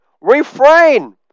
refrain